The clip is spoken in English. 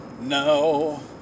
No